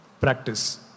practice